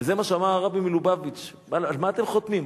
וזה מה שאמר הרבי מלובביץ' על מה אתם חותמים?